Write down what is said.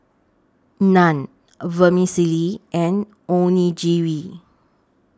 Naan Vermicelli and Onigiri